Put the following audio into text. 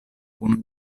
kun